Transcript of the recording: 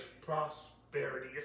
prosperity